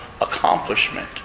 accomplishment